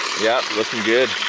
yeah, looking good.